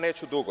Neću dugo.